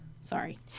Sorry